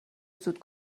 زود